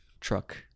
truck